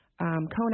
Kona